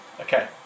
Okay